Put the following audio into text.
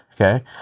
Okay